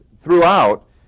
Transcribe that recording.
throughout